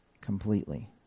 completely